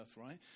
right